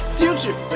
future